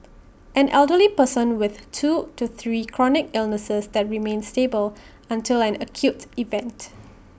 an elderly person with two to three chronic illnesses that remain stable until an acute event